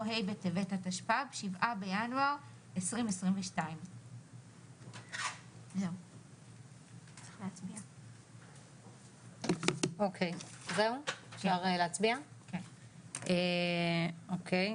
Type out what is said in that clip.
"ה' בטבת התשפ"ב (7 בינואר 2022)". אוקיי.